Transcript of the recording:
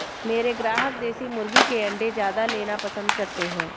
मेरे ग्राहक देसी मुर्गी के अंडे ज्यादा लेना पसंद करते हैं